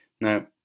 Now